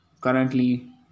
currently